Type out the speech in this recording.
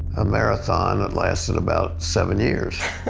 a marathon at lasted about seven years.